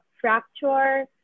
fracture